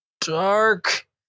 Dark